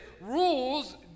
Rules